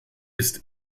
ist